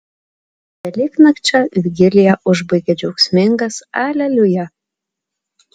velyknakčio vigiliją užbaigia džiaugsmingas aleliuja